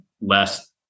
less